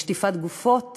בשטיפת גופות